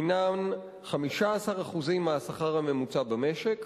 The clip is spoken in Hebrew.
הינם 15% מהשכר הממוצע במשק,